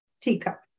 teacup